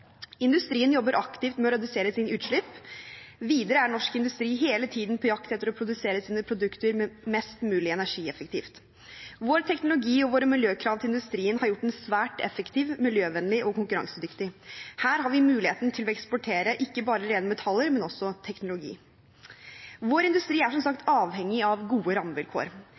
Industrien jobber aktivt med å redusere sine utslipp. Videre er norsk industri hele tiden på jakt etter å produsere sine produkter mest mulig energieffektivt. Vår teknologi og våre miljøkrav til industrien har gjort den svært effektiv, miljøvennlig og konkurransedyktig. Her har vi muligheten til å eksportere ikke bare rene metaller, men også teknologi. Vår industri er, som sagt,